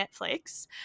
Netflix